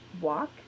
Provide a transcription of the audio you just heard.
walk